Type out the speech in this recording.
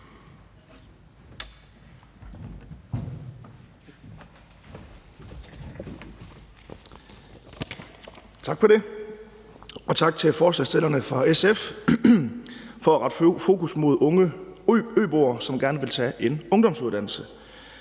Tak for det, og tak til forslagsstillerne fra SF for at have fokus på unge øboere, som gerne vil tage en ungdomsuddannelse.